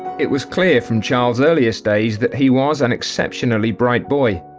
it was clear from charles earliest days that he was an exceptionally bright boy.